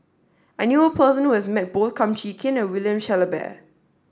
I knew a person who has met both Kum Chee Kin and William Shellabear